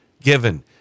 given